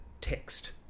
text